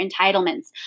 entitlements